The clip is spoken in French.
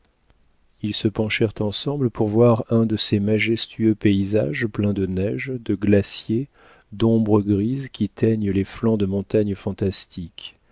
ils se penchèrent ensemble pour voir un de ces majestueux paysages pleins de neige de glaciers d'ombres grises qui teignent les flancs de montagnes fantastiques